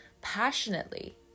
passionately